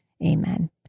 amen